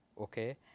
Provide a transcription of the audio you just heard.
okay